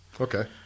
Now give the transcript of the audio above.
Okay